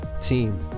team